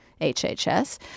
HHS